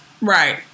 Right